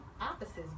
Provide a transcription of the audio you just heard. opposites